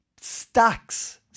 stacks